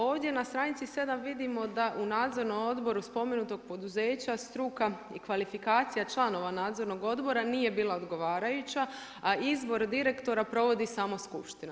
Ovdje na stranici 7. vidimo da u Nadzornom odboru spomenutog poduzeća struka i kvalifikacija članova Nadzornog odbora nije bila odgovarajuća, a izbor direktora provodi samo Skupština.